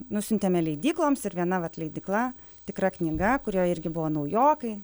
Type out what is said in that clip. nusiuntėme leidykloms ir viena vat leidykla tikra knyga kurie irgi buvo naujokai